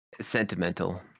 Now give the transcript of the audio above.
sentimental